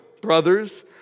brothers